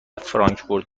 فرانکفورت